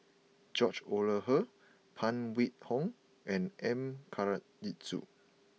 George Oehlers Phan Wait Hong and M Karthigesu